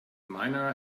miner